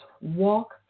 walk